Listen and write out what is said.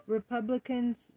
Republicans